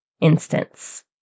instance